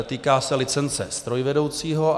Týká se licence strojvedoucího.